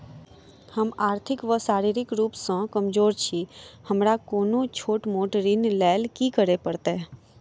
हम आर्थिक व शारीरिक रूप सँ कमजोर छी हमरा कोनों छोट मोट ऋण लैल की करै पड़तै?